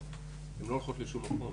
הן לא הולכות לשום מקום.